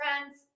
friends